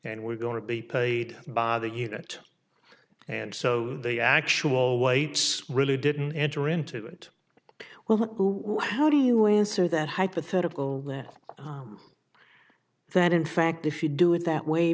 and we're going to be paid by the unit and so the actual weights really didn't enter into it well who how do you answer that hypothetical that in fact if you do it that way